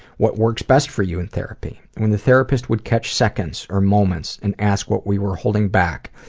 what works best for you in therapy? when the therapist would catch seconds, or moments, and ask what we were holding back.